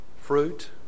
fruit